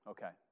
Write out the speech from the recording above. Okay